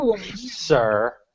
Sir